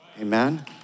Amen